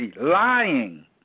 lying